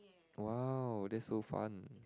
!wow! that's so fun